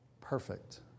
perfect